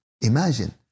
imagine